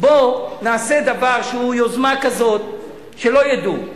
בוא נעשה דבר שהוא יוזמה כזאת שלא ידעו.